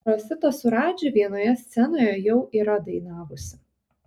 rosita su radži vienoje scenoje jau yra dainavusi